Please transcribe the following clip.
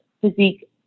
Physique